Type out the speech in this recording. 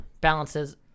balances